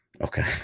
okay